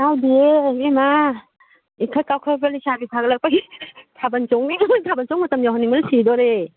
ꯀꯥꯗꯤꯌꯦ ꯏꯕꯦꯝꯃ ꯏꯊꯛ ꯀꯈꯠꯂꯛꯄ ꯂꯩꯁꯥꯕꯤ ꯐꯒꯠꯂꯛꯄꯒꯤ ꯊꯥꯕꯜ ꯆꯣꯡꯅꯤꯡꯕꯅ ꯊꯥꯕꯜ ꯆꯣꯡ ꯃꯇꯝ ꯌꯧꯍꯟꯅꯤꯡꯕꯅ ꯁꯤꯗꯣꯔꯦ